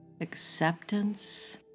acceptance